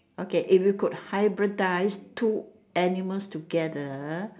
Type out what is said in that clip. okay if you could hybridise two animals together